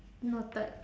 noted